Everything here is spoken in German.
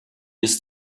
ist